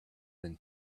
than